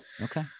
Okay